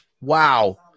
Wow